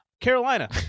Carolina